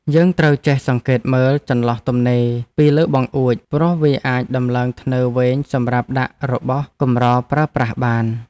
យើងត្រូវចេះសង្កេតមើលចន្លោះទំនេរពីលើបង្អួចព្រោះវាអាចដំឡើងធ្នើរវែងសម្រាប់ដាក់របស់កម្រប្រើប្រាស់បាន។